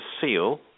seal